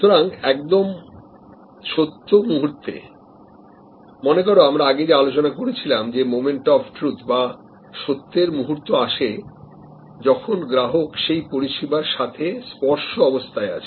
সুতরাং একদম সত্য মুহূর্তে মনে করো আমরা আগে যে আলোচনা করেছিলাম যে মোমেন্ট অফ ট্রুথ বা সত্যের মুহূর্ত আসে যখন গ্রাহক সেই পরিষেবার সাথে স্পর্শ অবস্থায় আছে